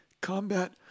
combat